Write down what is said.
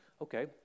okay